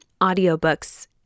audiobooks